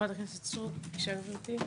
חברת הכנסת סטרוק, בבקשה, גברתי.